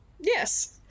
Yes